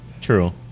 True